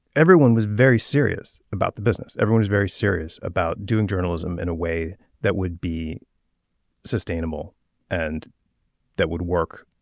everyone was very serious about the business. everyone is very serious about doing journalism in a way that would be sustainable and that would work.